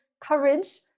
courage